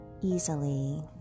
easily